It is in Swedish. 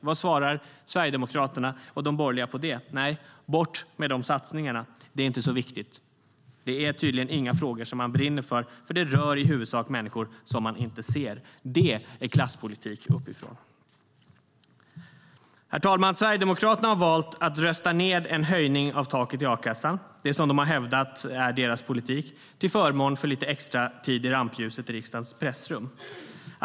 Vad svarar Sverigedemokraterna och de borgerliga på det? Jo, bort med de satsningarna. Det är inte så viktigt. Det är tydligen inga frågor som man brinner för, för det rör i huvudsak människor som man inte ser. Det är klasspolitik uppifrån. Herr talman! Sverigedemokraterna har valt att rösta ned en höjning av taket i a-kassan, det som de har hävdat är deras politik, till förmån för lite extra tid i rampljuset i riksdagens pressrum.